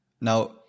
now